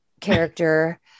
character